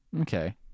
Okay